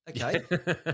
Okay